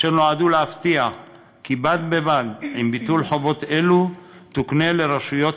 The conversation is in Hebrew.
אשר נועדו להבטיח כי בד בבד עם ביטול חובות אלה תוקנה לרשויות